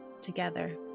together